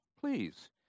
Please